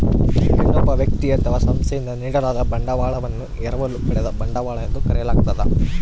ಇನ್ನೊಬ್ಬ ವ್ಯಕ್ತಿ ಅಥವಾ ಸಂಸ್ಥೆಯಿಂದ ನೀಡಲಾದ ಬಂಡವಾಳವನ್ನು ಎರವಲು ಪಡೆದ ಬಂಡವಾಳ ಎಂದು ಕರೆಯಲಾಗ್ತದ